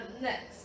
next